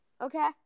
Okay